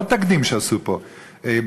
עוד תקדים שעשו פה,